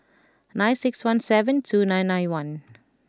nine six one seven two nine nine one